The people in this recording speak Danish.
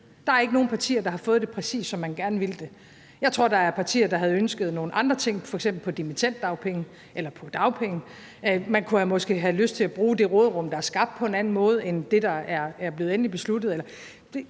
Der er ikke nogen partier, der har fået det, præcis som man gerne ville have det. Jeg tror, der er partier, der havde ønsket nogle andre ting, f.eks. på dimittenddagpenge eller på dagpenge, eller man kunne måske have lyst til at bruge det råderum, der er skabt, på en anden måde end det, der er blevet endeligt besluttet,